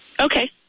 Okay